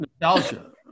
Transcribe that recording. nostalgia